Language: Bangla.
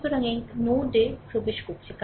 সুতরাং এই কারেন্ট নোডে প্রবেশ করছে